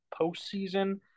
postseason